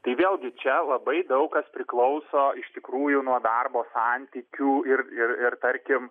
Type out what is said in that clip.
tai vėlgi čia labai daug kas priklauso iš tikrųjų nuo darbo santykių ir ir ir tarkim